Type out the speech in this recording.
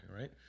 right